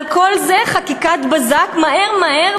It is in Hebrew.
על כל זה חקיקת בזק מהר-מהר,